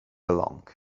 along